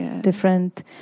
different